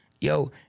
yo